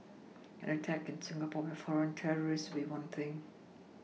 an attack in Singapore by foreign terrorists would be one thing